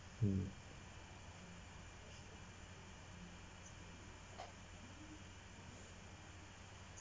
hmm